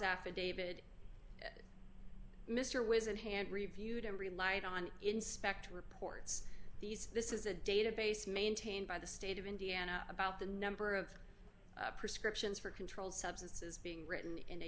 affidavit mr was in hand reviewed and relied on inspector reports these this is a database maintained by the state of indiana about the number of prescriptions for controlled substances being written in a